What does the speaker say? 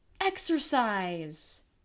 exercise